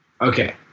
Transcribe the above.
Okay